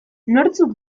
nortzuk